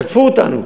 תקפו אותנו.